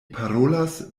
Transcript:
parolas